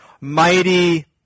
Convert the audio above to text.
mighty